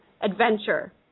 adventure